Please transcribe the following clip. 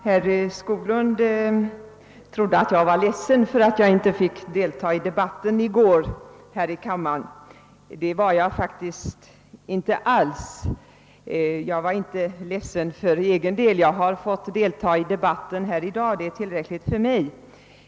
Herr talman! Herr Skoglund trodde att jag var ledsen för att jag inte fick delta i debatten här i kammaren i går. Jag är faktiskt inte ledsen för egen del. Jag har fått delta i debatten i dag, och det är tillräckligt för mig.